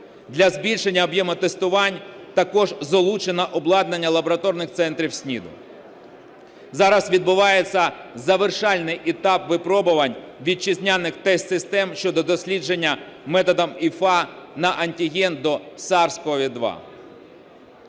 Для збільшення об'єму тестування також залучене обладнання лабораторних центрів СНІДу. Зараз відбувається завершальний етап випробувань вітчизняних тест-систем щодо дослідження методом ІФА на антиген до SARS-CoV-2.